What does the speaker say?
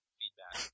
feedback